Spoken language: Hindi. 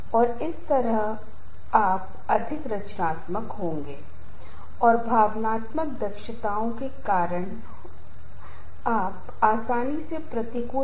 तो इसलिए उच्च तनाव और कम तनाव का अनुभव तनावपूर्ण उत्तेजनाओं की तीव्रता अवधि जटिलता और भविष्यवाणी पर निर्भर करता है